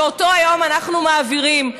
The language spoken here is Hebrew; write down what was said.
ואותו אנחנו מעבירים היום.